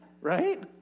Right